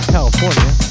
California